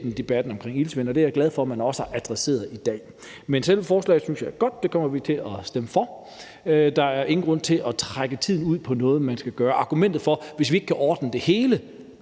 debatten omkring iltsvind, og det er jeg glad for man også har adresseret i dag. Men selve forslagene synes jeg er gode. Dem kommer jeg til at stemme for. Der er ingen grund til at trække tiden ud i forhold til noget, man skal gøre. Argumentet herinde for, at hvis vi ikke kan ordne det hele,